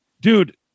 dude